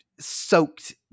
Soaked